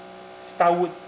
star wood